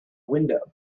window